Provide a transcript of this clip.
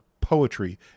poetry